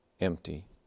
empty